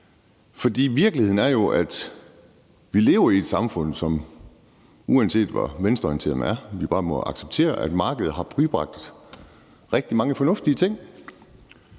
Virkeligheden er jo, at vi lever i et samfund, hvor vi, uanset hvor venstreorienteret man er, bare må acceptere, at markedet har bibragt rigtig mange fornuftige ting.